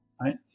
right